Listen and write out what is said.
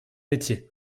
métier